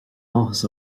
áthas